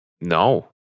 No